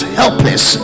helpless